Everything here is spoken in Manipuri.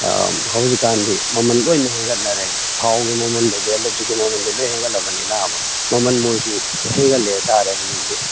ꯍꯧꯖꯤꯛ ꯀꯥꯟꯗꯤ ꯃꯃꯜ ꯂꯣꯏꯅ ꯍꯦꯟꯒꯠꯅꯔꯦ ꯊꯥꯎꯒꯤ ꯃꯃꯜꯗꯒꯤ ꯏꯂꯦꯛꯇ꯭ꯔꯤꯛꯀꯤ ꯃꯃꯜꯗꯒꯤ ꯂꯣꯏꯅ ꯍꯦꯟꯒꯠꯂꯕꯅꯤꯅꯕ ꯃꯃꯜ ꯃꯣꯏꯁꯨ ꯍꯦꯟꯒꯠꯂꯦ ꯍꯥꯏꯇꯥꯔꯦ ꯍꯧꯖꯤꯛꯇꯤ